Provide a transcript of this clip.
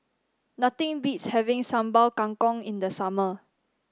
nothing beats having Sambal Kangkong in the summer